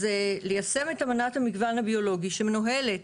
אז ליישם את אמנת המגוון הביולוגי שמנוהלת